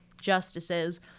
justices